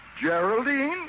Geraldine